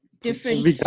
Different